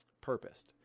purposed